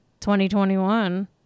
2021